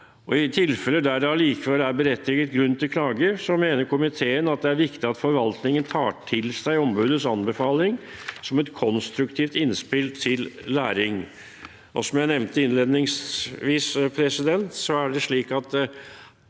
I tilfeller der det allikevel er berettiget grunn til klage, mener komiteen det er viktig at forvaltningen tar til seg ombudets anbefaling som et konstruktivt innspill til læring. Som jeg nevnte innledningsvis, er det slik at